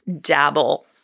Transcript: dabble